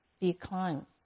decline